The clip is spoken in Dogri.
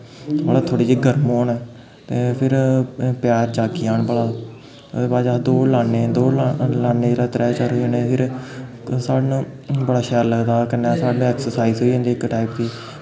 मतलब थोह्ड़े जेह् गर्म होन ते फिर पैर जागी जान भला ओह्दे बाद च अस दौड़ लान्नें दौड़ लान्नें जेल्लै त्रै चार जनें फिर सानूं बड़ा शैल लगदा कन्नै अस साढ़े लेई ऐक्सर्साइज होई जंदी इक टाइप दी